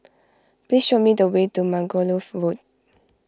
please show me the way to Margoliouth Road